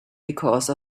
because